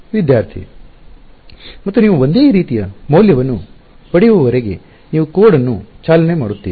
ವಿದ್ಯಾರ್ಥಿ ಮತ್ತು ನೀವು ಒಂದೇ ರೀತಿಯ ಮೌಲ್ಯವನ್ನು ಪಡೆಯುವವರೆಗೆ ನೀವು ಕೋಡ್ ಅನ್ನು ಚಾಲನೆ ಮಾಡುತ್ತೀರಿ